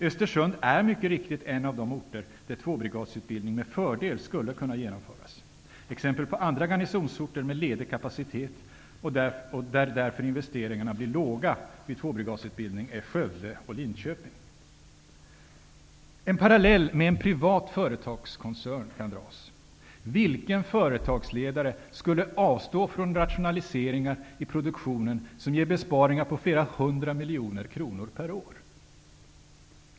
Östersund är mycket riktigt en av de orter där tvåbrigadsutbildning med fördel skulle kunna genomföras. Exempel på andra garnisonsorter med ledig kapacitet, och där investeringarna därför blir låga vid tvåbrigadsutbildning, är Skövde och En parallell med en privat företagskoncern kan dras. Vilken företagsledare skulle avstå från rationaliseringar i produktionen som ger besparingar på flera hundra miljoner kronor per år?